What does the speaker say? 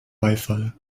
beifall